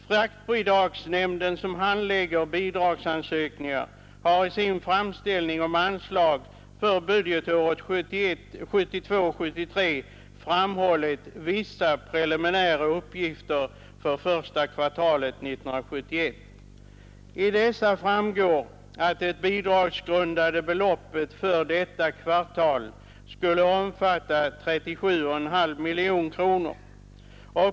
Fraktbidragsnämnden, som handlägger bidragsansökningar, har i sin framställning om anslag för budgetåret 1972/73 lämnat vissa preliminära uppgifter för första kvartalet 1971. Av dessa framgår att det bidragsgrundande beloppet för detta kvartal skulle omfatta 37,5 miljoner kronor.